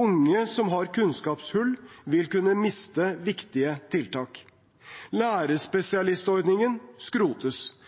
Unge som har kunnskapshull, vil kunne miste viktige tiltak. Lærerspesialistordningen skrotes